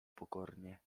pokornie